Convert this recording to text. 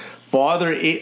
father